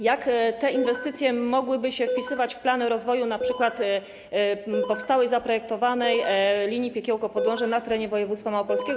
Jak te inwestycje mogłyby się wpisywać w plany rozwoju np. powstałej zaprojektowanej linii Piekiełko - Podłęże na terenie województwa małopolskiego?